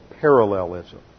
parallelism